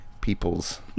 peoples